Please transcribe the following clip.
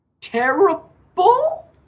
terrible